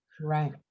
Right